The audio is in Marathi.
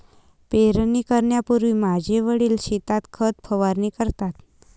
पेरणी करण्यापूर्वी माझे वडील शेतात खत फवारणी करतात